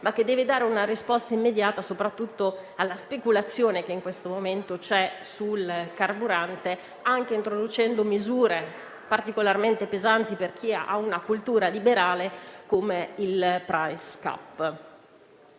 quelle energivore, ma soprattutto alla speculazione che in questo momento c'è sul carburante, anche introducendo misure particolarmente pesanti per chi ha una cultura liberale, come il *price cap.*